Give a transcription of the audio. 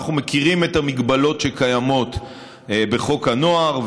אנחנו מכירים את ההגבלות שקיימות בחוק הנוער,